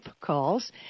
calls